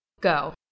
go